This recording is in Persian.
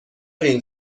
این